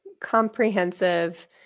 comprehensive